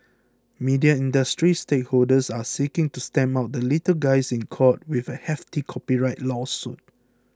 media industry stakeholders are seeking to stamp out the little guys in court with a hefty copyright lawsuit